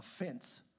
offense